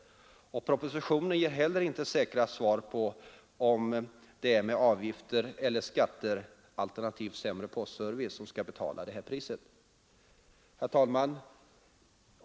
Propositionen ger inte säkra svar på om det är genom avgifter eller skatter, alternativt sämre postservice som detta pris skall betalas. Herr talman!